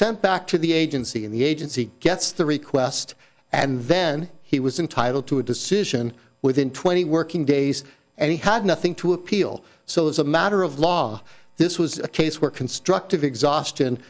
sent back to the agency in the agency gets the request and then he was entitle to a decision within twenty working days and he had nothing to appeal so as a matter of law this was a case where constructive exhaustion